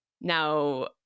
now